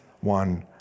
one